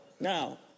Now